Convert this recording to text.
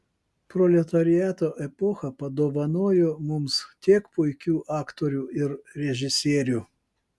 proletariato epocha padovanojo mums tiek puikių aktorių ir režisierių